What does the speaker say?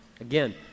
Again